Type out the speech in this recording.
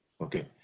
Okay